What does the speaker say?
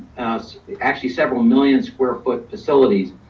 actually several million square foot facilities.